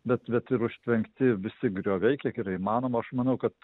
bet bet ir užtvenkti visi grioviai kiek yra įmanoma aš manau kad